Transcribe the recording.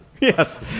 yes